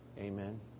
Amen